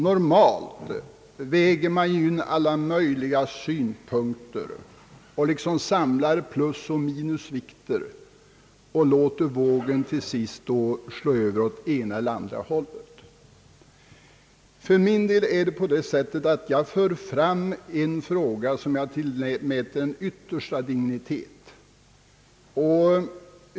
Normalt väger man ihop alla möjliga synpunkter. Man samlar plusoch minusvikter och låter vågen till sist slå över åt ena eller andra hållet. För min del för jag i denna fråga fram ett argument, som jag tillmäter yttersta dignitet.